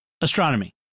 astronomy